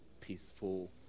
peaceful